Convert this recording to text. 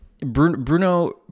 Bruno